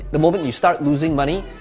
the moment you start losing money,